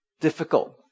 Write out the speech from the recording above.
difficult